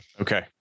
Okay